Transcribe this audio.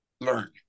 learn